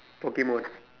Pokemon